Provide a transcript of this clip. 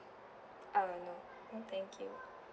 err no no thank you